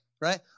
right